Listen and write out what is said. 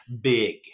big